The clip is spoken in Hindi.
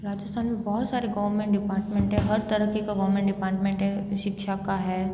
राजस्थान में बहुत सारे गवर्नमेंट डिपार्टमेंट है हर तरीके का गवर्नमेंट डिपार्टमेंट है शिक्षा का है